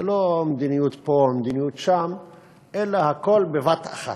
זה לא מדיניות פה ומדיניות שם, אלא הכול בבת אחת.